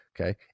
Okay